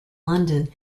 london